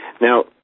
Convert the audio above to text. now